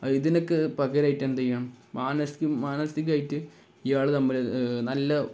ഇതിനൊക്കെ പകരമായിട്ട് എന്തുചെയ്യാം മാനസികമായിട്ട് ഇയാള് നല്ല